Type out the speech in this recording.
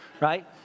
right